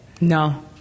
No